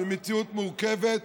ממציאות מורכבת,